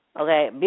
Okay